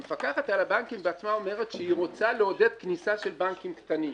המפקחת על הבנקים בעצמה אומרת שהיא רוצה לעודד כניסה של בנקים קטנים.